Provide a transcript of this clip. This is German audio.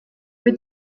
wird